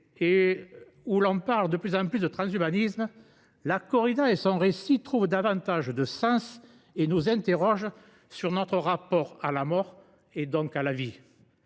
où l’on parle de plus en plus de transhumanisme, la corrida et son récit trouvent davantage de sens et nous interrogent sur notre rapport à la mort, et donc à la vie.